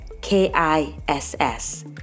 K-I-S-S